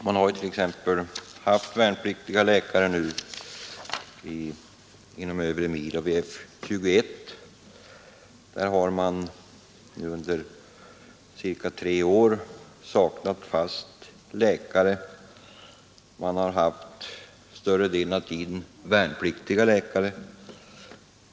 Man har t.ex. haft värnpliktiga läkare inom övre Norrlands militärområde. Vid F 21 har man under cirka tre år saknat fast läkare och större delen av tiden i stället haft värnpliktiga läkare.